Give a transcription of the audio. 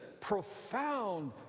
profound